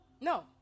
No